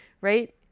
Right